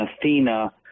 Athena